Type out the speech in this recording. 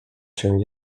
się